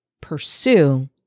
pursue